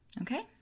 Okay